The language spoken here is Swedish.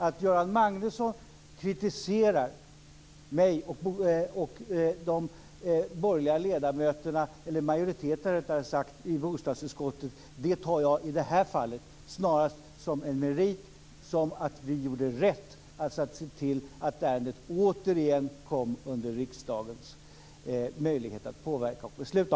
Att Göran Magnusson kritiserar mig och majoriteten i bostadsutskottet tar jag i det här fallet snarast som en merit, som ett tecken på att vi gjorde rätt när vi såg till att ärendet åter blev föremål för riksdagens möjlighet att påverka och besluta.